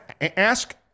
ask